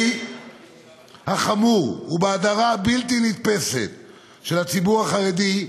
החמור ובהדרה הבלתי-נתפסת של הציבור החרדי,